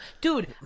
dude